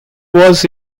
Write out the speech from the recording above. was